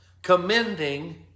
Commending